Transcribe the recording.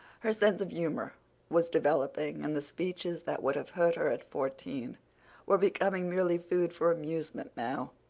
her sense of humor was developing, and the speeches that would have hurt her at fourteen were becoming merely food for amusement now.